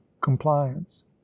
compliance